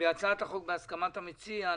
מהצעת החוק, בהסכמת המציע,